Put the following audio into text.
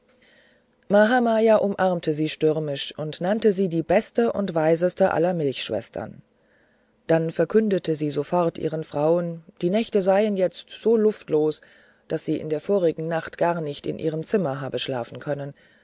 mahamaya umarmte sie stürmisch und nannte sie die beste und weiseste aller milchschwestern dann verkündigte sie sofort ihren frauen die nächte seien jetzt so luftlos daß sie in der vorigen nacht gar nicht in ihrem zimmer habe schlafen können